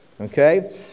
okay